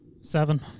Seven